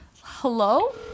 Hello